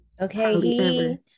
Okay